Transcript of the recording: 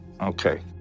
Okay